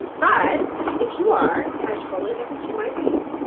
and but if you are, and i totally get that you might be,